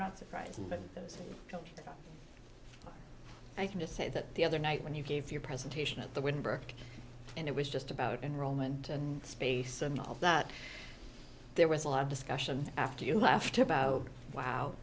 not surprising but those who don't i can just say that the other night when you gave your presentation at the wynn burke and it was just about enrollment and space and all that there was a lot of discussion after you left about wow